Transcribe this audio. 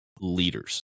leaders